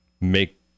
make